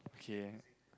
okay